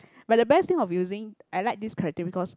but the best thing of using I like this character because